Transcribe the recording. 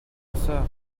sœur